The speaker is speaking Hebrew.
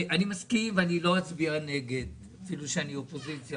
לא אצביע נגד זה אפילו שאני אופוזיציה